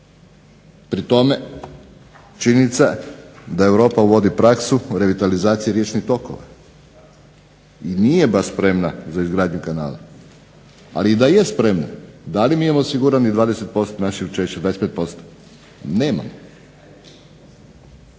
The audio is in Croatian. pri tome činjenica da Europa uvodi praksu revitalizacije riječnih tokova i nije baš spremna za izgradnju kanala. Ali i da je spremna da li mi imamo osiguranih 20% naših učešća, 25%? Nemamo.